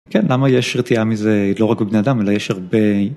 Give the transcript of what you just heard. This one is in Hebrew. כן למה יש רתיעה מזה לא רק בבני אדם אלא יש הרבה.